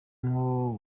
nko